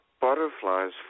Butterflies